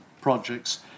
projects